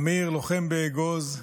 אמיר, לוחם באגוז,